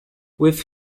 with